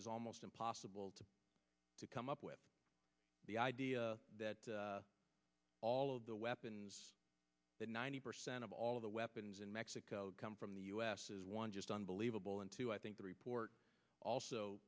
is almost impossible to to come up with the idea that all of the weapons that ninety percent of all of the weapons in mexico come from the u s is one just unbelievable and two i think the report also